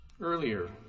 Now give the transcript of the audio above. Earlier